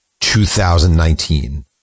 2019